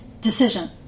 decision